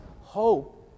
hope